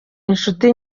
inshuti